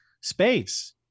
space